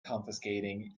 confiscating